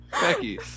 Becky